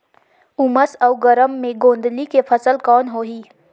उमस अउ गरम मे गोंदली के फसल कौन होही?